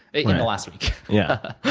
in the last week. yeah.